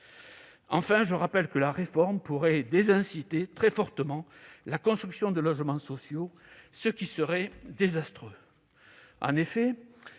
je rappelle que la réforme pourrait désinciter très fortement la construction de logements sociaux, ce qui serait désastreux. En effet,